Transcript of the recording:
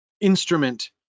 instrument